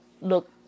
look